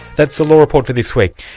that's the law report for this week.